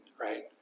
right